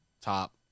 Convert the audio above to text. top